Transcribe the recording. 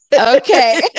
Okay